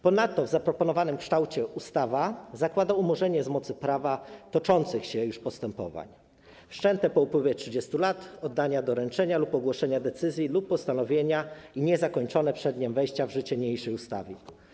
Ponadto w zaproponowanym kształcie ustawa zakłada umorzenie z mocy prawa toczących się już postępowań - wszczętych po upływie 30 lat od dnia doręczenia lub ogłoszenia decyzji lub postanowienia i niezakończonych przed dniem wejścia w życie niniejszej ustawy.